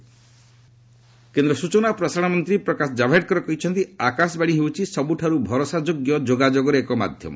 ପ୍ରକାଶ ଜାଭଡେକର କେନ୍ଦ୍ର ସ୍ଟଚନା ଓ ପ୍ରସାରଣ ମନ୍ତ୍ରୀ ପ୍ରକାଶ ଜାଭଡେକର କହିଛନ୍ତି ଆକାଶବାଣୀ ହେଉଛି ସବୁଠାରୁ ଭରସା ଯୋଗ୍ୟ ଯୋଗାଯୋଗର ଏକ ମାଧ୍ୟମ